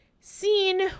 scene